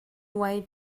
way